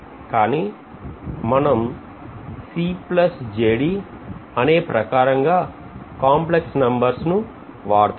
కానీ మనం అనే ప్రకారంగా కాంప్లెక్స్ నంబర్స్ వాడుతున్నాం